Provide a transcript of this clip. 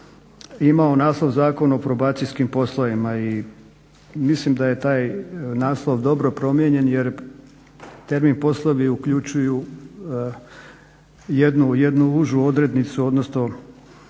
imao naslov o Zakon o probacijskim poslovima i mislim da je taj naslov dobro promijenjen jer temeljni poslovi uključuju jednu užu odrednicu odnosno